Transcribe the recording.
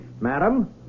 Madam